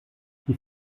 die